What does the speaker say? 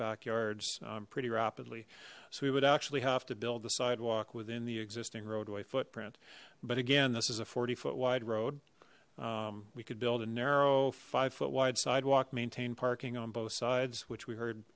backyards pretty rapidly so we would actually have to build the sidewalk within the existing roadway footprint but again this is a forty foot wide road we could build a narrow five foot wide sidewalk maintain parking on both sides which we heard